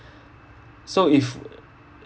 so if